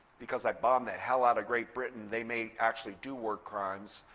because i bombed the hell out of great britain, they may actually do war crimes.